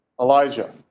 Elijah